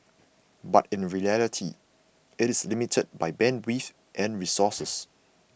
but in reality it is limited by bandwidth and resources